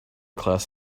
class